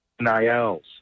NILs